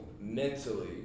mentally